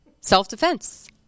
self-defense